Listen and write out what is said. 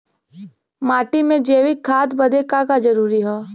माटी में जैविक खाद बदे का का जरूरी ह?